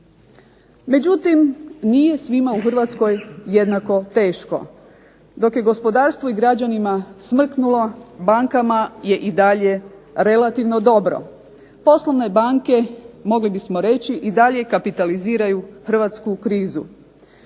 Međutim, nije svima u Hrvatskoj jednako teško. Dok je gospodarstvu i građanima smrknulo, bankama je i dalje relativno dobro. Poslovne banke, mogli bismo reći i dalje kapitaliziraju hrvatsku krizu.